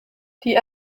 die